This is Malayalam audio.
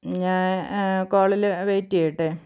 ഞാൻ കോളിൽ വെയിറ്റ് ചെയ്യട്ടെ